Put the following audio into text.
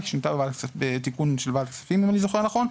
היא שונתה בתיקון של ועדת כספים אם אני זוכר נכון.